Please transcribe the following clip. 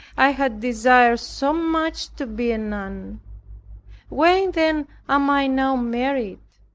i had desired so much to be a nun why then am i now married?